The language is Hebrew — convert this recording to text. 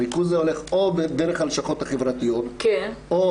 הריכוז הולך או דרך הלשכות החברתיות או